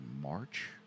March